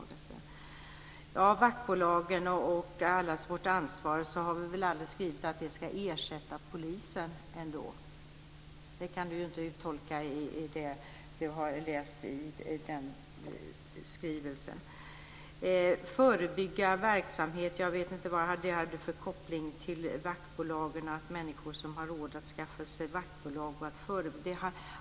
När det gäller vaktbolagen och Allas vårt ansvar har vi aldrig skrivit att de ska ersätta polisen. Det kan inte Ragnwi Marcelind uttolka ur denna skrivelse. Jag vet inte vad förebyggande verksamhet har för koppling till vaktbolag och människor som har råd att skaffa sig vaktbolag.